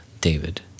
David